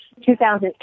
2008